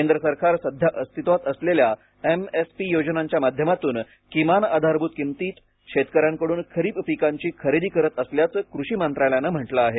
केंद्र सरकार सध्या अस्तित्वात असलेल्या एम एस पी योजनांच्या माध्यमातून किमान आधारभूत किमतीत शेतकऱ्यांकडून खरीप पिकांची खरेदी करत असल्याचं कृषी मंत्रालयानं म्हटलं आहे